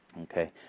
okay